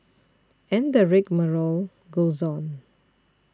and the rigmarole goes on